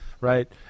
right